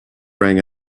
rang